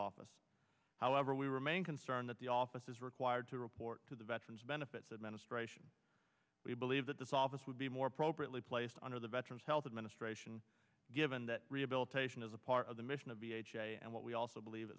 office however we remain concerned that the office is required to report to the veterans benefits administration we believe that this office would be more appropriately placed under the veterans health administration given that rehabilitation is a part of the mission of the ha and what we also believe